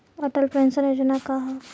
Atal pension Yojana का ह?